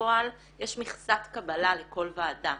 בפועל יש מכסת קבלה לכל ועדה.